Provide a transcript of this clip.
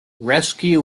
rescue